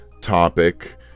topic